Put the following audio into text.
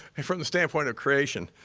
and from the standpoint of creation.